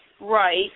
Right